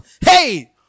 Hey